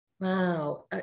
Wow